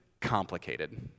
complicated